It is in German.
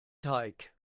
teig